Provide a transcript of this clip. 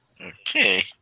Okay